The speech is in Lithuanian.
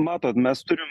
matot mes turim